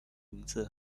名字